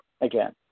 again